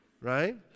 Right